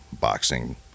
boxing